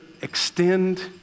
extend